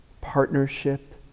partnership